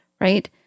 right